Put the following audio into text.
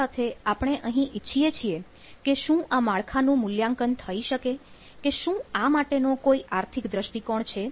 આ સાથે આપણે અહીં ઈચ્છીએ છીએ કે શું આ માળખાનું મૂલ્યાંકન થઈ શકે કે શું આ માટેનો કોઈ આર્થિક દ્રષ્ટિકોણ છે